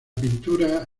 pintura